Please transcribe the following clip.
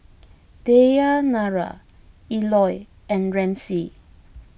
Dayanara Eloy and Ramsey